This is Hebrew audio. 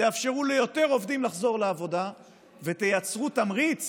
תאפשרו ליותר עובדים לחזור לעבודה ותייצרו תמריץ